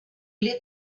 lit